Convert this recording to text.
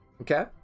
Okay